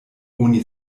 oni